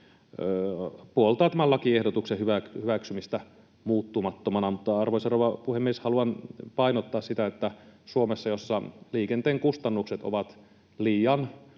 puoltaa tämän lakiehdotuksen hyväksymistä muuttumattomana. Mutta, arvoisa rouva puhemies, haluan painottaa sitä, että Suomessa, jossa liikenteen kustannukset ovat liian